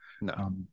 No